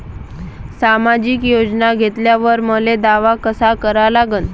सामाजिक योजना घेतल्यावर मले दावा कसा करा लागन?